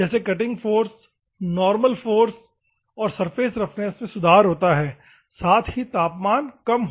cutting force normal force और surface roughness में सुधार होता है साथ ही तापमान कम हो जाता है